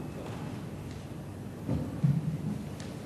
ההצעה להעביר את הנושא לוועדת העבודה, הרווחה